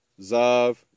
Zav